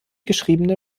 geschriebene